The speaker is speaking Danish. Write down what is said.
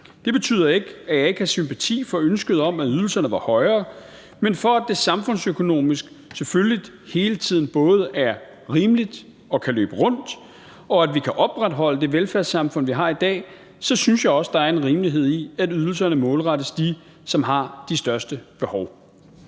Det betyder ikke, at jeg ikke har sympati for ønsket om, at ydelserne var højere. Men for at det samfundsøkonomisk selvfølgelig hele tiden både er rimeligt og kan løbe rundt, og for at vi kan opretholde det velfærdssamfund, vi har i dag, synes jeg også, at der er en rimelighed i, at ydelserne målrettes dem, der har det største behov.